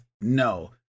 No